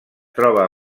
troba